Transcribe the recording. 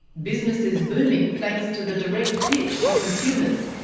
business is booming thanks to the direct pitch to consumers,